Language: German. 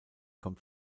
kommt